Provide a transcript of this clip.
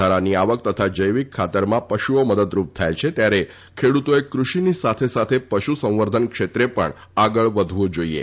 વધારાની આવક તથા જૈવિક ખાતરમાં પશુઓ મદદરૃપ થાય છે ત્યારે ખેડૂતોએ કૃષિની સાથે સાથે પશુસંવર્ધન ક્ષેત્રે પણ આગળ વધવું જોઇએ